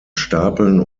stapeln